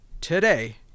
today